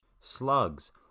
Slugs